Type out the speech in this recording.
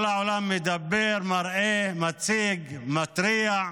כל העולם מדבר, מראה, מציג, מתריע,